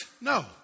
No